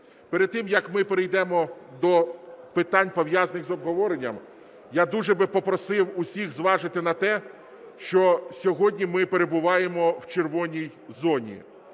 перед тим, як ми перейдемо до питань, пов'язаних з обговоренням, я дуже би попросив усіх зважити на те, що сьогодні ми перебуваємо в "червоній" зоні.